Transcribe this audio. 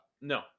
No